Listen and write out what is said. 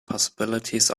possibilities